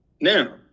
Now